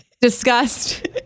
Disgust